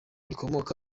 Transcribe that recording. rikomoka